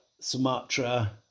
Sumatra